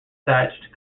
thatched